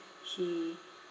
she